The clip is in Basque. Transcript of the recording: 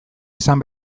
izan